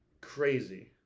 Crazy